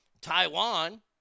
Taiwan